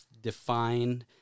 Define